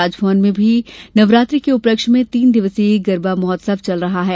राजभवन में भी नवरात्रि के उपलक्ष्य में तीन दिवसीय गरबा महोत्सव आयोजित किया गया है